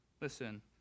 listen